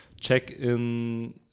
check-in